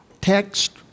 text